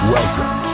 Welcome